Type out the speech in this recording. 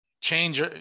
change